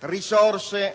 risorse